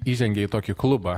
įžengia į tokį klubą